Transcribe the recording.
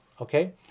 Okay